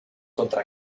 contra